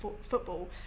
football